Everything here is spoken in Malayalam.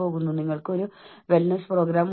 ഒപ്പം അത് നിങ്ങളെ ദുഃഖിപ്പിക്കുന്നു